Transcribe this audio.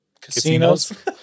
casinos